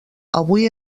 avui